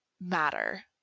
matter